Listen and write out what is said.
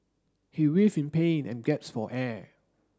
he writhed in pain and gasped for air